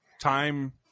time